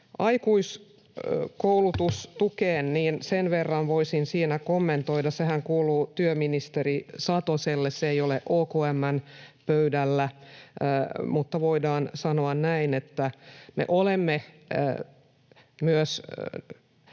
Aikuiskoulutustukeen voisin kommentoida sen verran — sehän kuuluu työministeri Satoselle, se ei ole OKM:n pöydällä — että voidaan sanoa näin, että myös